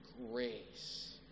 grace